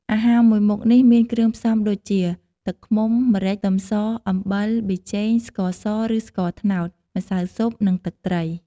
អាហារមួយមុខនេះមានគ្រឿងផ្សំដូចជា ទឹកឃ្មុំ ម្រេច ខ្ទឹមស អំបិល ប៊ីចេង ស្ករសឬស្ករត្នោត ម្សៅស៊ុប និងទឹកត្រី។